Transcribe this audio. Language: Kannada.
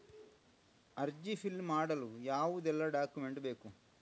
ಅರ್ಜಿ ಫಿಲ್ ಮಾಡಲು ಯಾವುದೆಲ್ಲ ಡಾಕ್ಯುಮೆಂಟ್ ಬೇಕು?